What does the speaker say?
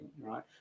right